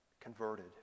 converted